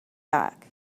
back